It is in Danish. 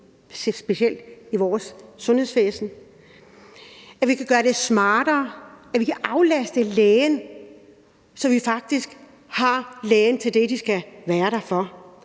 specielt i vores sundhedsvæsen – og på, hvad vi kan gøre smartere, så vi kan aflaste lægen, så vi faktisk har lægen til det, de skal være der for,